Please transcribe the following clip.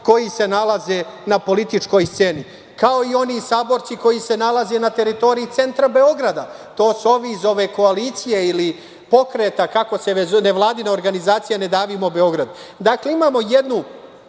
koji se nalaze na političkoj sceni, kao i oni saborci koji se nalaze na teritoriji centra Beograda. To su ovi iz ove koalicije ili pokreta, kako se već zovu, nevladine organizacije Ne davimo Beograd. Dakle, imamo jednu